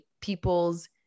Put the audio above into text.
people's